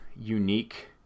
unique